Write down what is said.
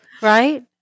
Right